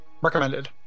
Recommended